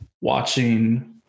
watching